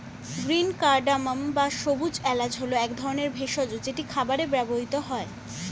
green cardamom বা সবুজ এলাচ হল এক ধরনের ভেষজ যেটি খাবারে ব্যবহৃত হয়